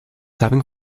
having